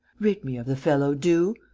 rid me of the fellow, do.